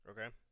okay